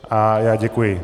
A já děkuji.